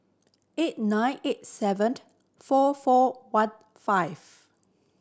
eight nine eight seven four four one five